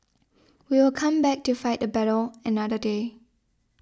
we will come back to fight the battle another day